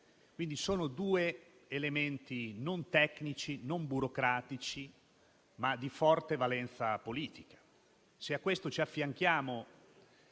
Quindi sono due elementi non tecnici, non burocratici ma di forte valenza politica.